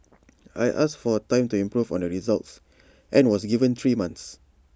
I asked for time to improve on the results and was given three months